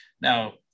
Now